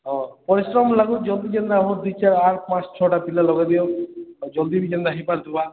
ହ ପରିଶ୍ରମ ଲାଗୁଛି ଜଲ୍ଦି ଯେନ୍ତା ଆମର ପାଞ୍ଚ ଛଅଟା ପିଲା ଲଗେଇ ଦିଅ ଜଲ୍ଦି ବି ଯେନ୍ତା ହେଇପାରୁଥିବା